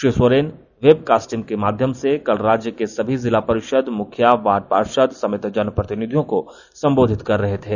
Shri Soren webcasting के माध्यम से कल राज्य के सभी जिला परिषद मुखिया वार्ड पार्षद समेत जनप्रतिनिधियों को संबोधित कर रहे थे